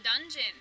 Dungeon